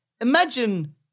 imagine